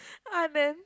Anand